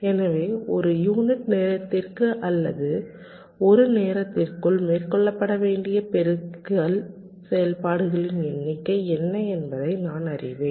எனவே ஒரு யூனிட் நேரத்திற்கு அல்லது ஒரு நேரத்திற்குள் மேற்கொள்ளப்பட வேண்டிய பெருக்கல் செயல்பாடுகளின் எண்ணிக்கை என்ன என்பதை நான் அறிவேன்